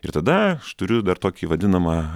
ir tada aš turiu dar tokį vadinamą